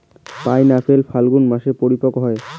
pineapple ফাল্গুন মাসে পরিপক্ব হয়